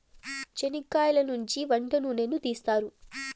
చనిక్కయలనుంచి వంట నూనెను తీస్తారు